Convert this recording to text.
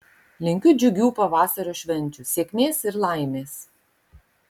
linkiu džiugių pavasario švenčių sėkmės ir laimės